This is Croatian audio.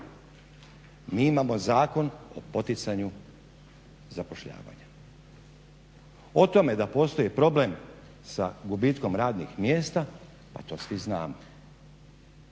Mi imamo Zakon o poticanju zapošljavanja, o tome da postoji problem sa gubitkom radnih mjesta pa to svi znamo.